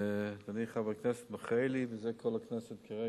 אדוני חבר הכנסת מיכאלי, וזה כל הכנסת כרגע,